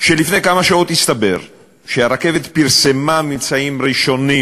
שלפני כמה שעות הסתבר שהרכבת פרסמה ממצאים ראשונים: